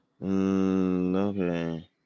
Okay